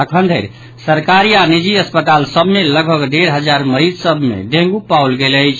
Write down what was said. अखन धरि सरकारी आ निजी अस्पताल सभ मे लगभग डेढ़ हजार मरीज सभ मे डेंगू पाओल गेल अछि